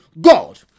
God